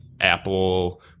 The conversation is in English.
Apple